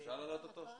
אפשר להעלות את